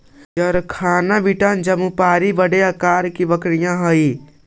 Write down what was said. जरखाना बीटल जमुनापारी बड़े आकार की बकरियाँ हई